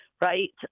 right